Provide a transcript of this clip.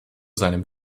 seinem